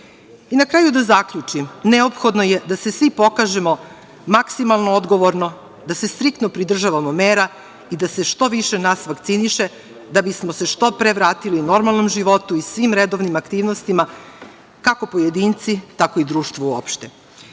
kraju da zaključim da je neophodno da se svi pokažemo maksimalno odgovorno, da se striktno pridržavamo mera i da se što više nas vakciniše, da bismo se što pre vratili normalnom životu i svim redovnim aktivnostima, kako pojedinci, tako i društvo uopšte. Pošto